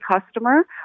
customer